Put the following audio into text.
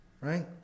Right